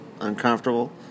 uncomfortable